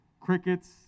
crickets